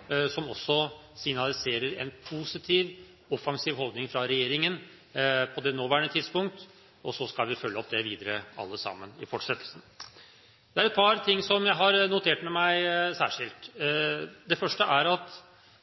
som på det nåværende tidspunkt signaliserer en positiv og offensiv rolle fra regjeringens side, og så skal vi alle sammen følge opp det videre i fortsettelsen. Det er et par ting som jeg har notert meg særskilt. Det første er at